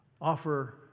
Offer